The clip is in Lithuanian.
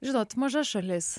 žinot maža šalis